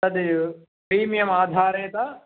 तद् प्रिमियम् आधारेण